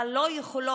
אבל לא יכולות,